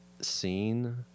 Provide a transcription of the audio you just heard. scene